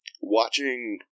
watching